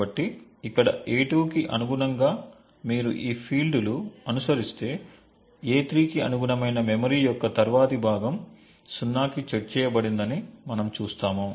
కాబట్టి ఇక్కడ a2 కి అనుగుణంగా మీరు ఈ ఫీల్డ్లు అనుసరిస్తే a3 కి అనుగుణమైన మెమొరీ యొక్క తరువాతి భాగం 0 కి సెట్ చేయబడిందని మనం చూస్తాము